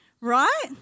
right